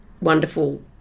wonderful